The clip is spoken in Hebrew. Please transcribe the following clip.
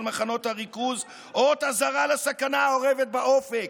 מחנות הריכוז אות אזהרה לסכנה האורבת באופק.